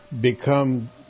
become